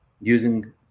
using